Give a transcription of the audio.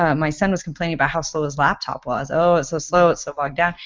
um my son was complaining about how slow his laptop was. oh, it's so slow. it's so bogged down,